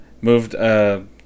moved